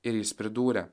ir jis pridūrė